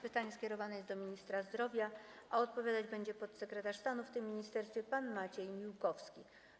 Pytanie skierowane jest do ministra zdrowia, a odpowiadać będzie podsekretarz stanu w tym ministerstwie pan Maciej Miłkowski.